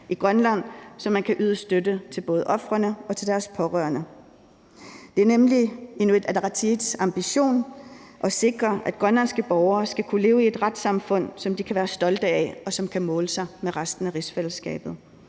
i Grønland, så man kan yde støtte til både ofrene og til deres pårørende. Det er nemlig Inuit Ataqatigiits ambition at sikre, at grønlandske borgere skal kunne leve i et retssamfund, som de kan være stolte af, og som kan måle sig med resten af rigsfællesskabet.